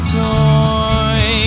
toy